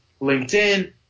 LinkedIn